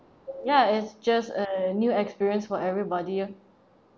ya it's just a new experience for everybody loh